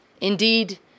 Indeed